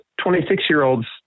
26-year-olds